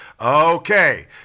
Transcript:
Okay